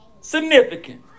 significant